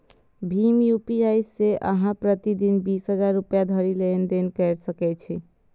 भीम UPI सं अहां प्रति दिन बीस हजार रुपैया धरि लेनदेन कैर सकै छी